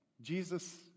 Jesus